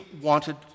wanted